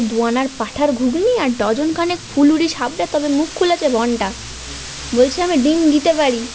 দু আনার পাঁঠার ঘুগনি আর ডজনখানেক ফুলুরি সাবড়ে তবে মুখ খুলেছে ভন্টা বলছে আমি ডিম দিতে পারি